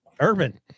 urban